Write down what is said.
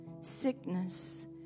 sickness